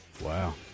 Wow